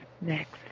next